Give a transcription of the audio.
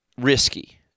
risky